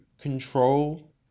control